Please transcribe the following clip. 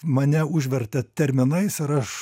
mane užvertėt terminais ir aš